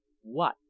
What